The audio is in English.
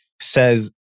says